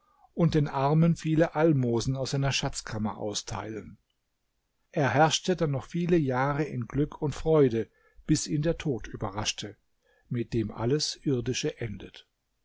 und den armen viele almosen aus seiner schatzkammer austeilen er herrschte dann noch viele jahre in glück und freude bis ihn der tod überraschte mit dem alles irdische endet